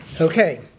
Okay